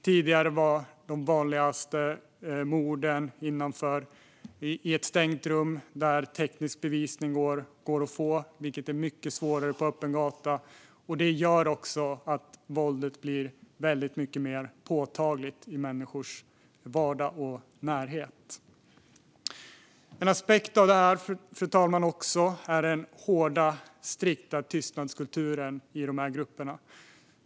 Tidigare skedde morden vanligtvis i ett stängt rum där man kan få teknisk bevisning. Det är mycket svårare på öppen gata. Det gör också att våldet blir mycket mer påtagligt i människors vardag och närhet. Fru talman! En aspekt av detta är den hårda och strikta tystnadskulturen i de här grupperna.